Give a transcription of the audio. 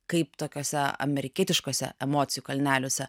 kaip tokiose amerikietiškuose emocijų kalneliuose